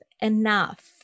Enough